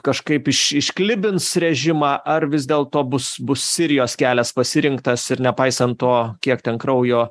kažkaip iš išklibins režimą ar vis dėlto bus bus sirijos kelias pasirinktas ir nepaisant to kiek ten kraujo